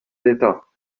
d’état